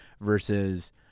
versus